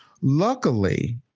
luckily